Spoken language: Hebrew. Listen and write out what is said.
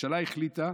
הממשלה החליטה